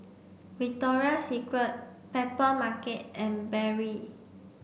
Victoria Secret Papermarket and Barrel